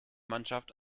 mannschaft